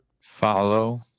follow